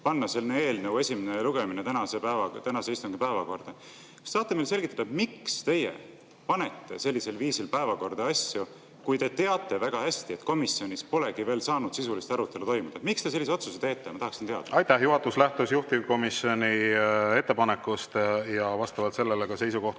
panna selle eelnõu esimene lugemine tänase istungi päevakorda. Kas te saate meile selgitada, miks te panete sellisel viisil päevakorda asju, kui te teate väga hästi, et komisjonis polegi veel saanud sisulist arutelu toimuda? Miks te sellise otsuse teete? Ma tahaksin teada. Aitäh! Juhatus lähtus juhtivkomisjoni ettepanekust ja vastavalt sellele seisukoht